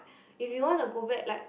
if you want to go back like